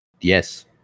Yes